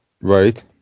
Right